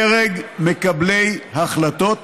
דרג מקבלי החלטות